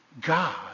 God